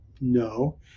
No